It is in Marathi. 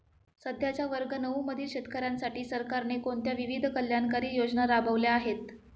सध्याच्या वर्ग नऊ मधील शेतकऱ्यांसाठी सरकारने कोणत्या विविध कल्याणकारी योजना राबवल्या आहेत?